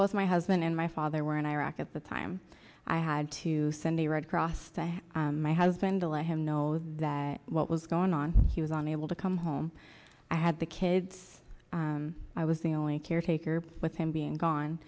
both my husband and my father were in iraq at the time i had to send a red cross to my husband to let him know that what was going on he was on able to come home i had the kids i was the only caretaker with him being gone